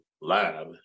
lab